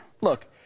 Look